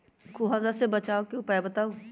कुहासा से बचाव के उपाय बताऊ?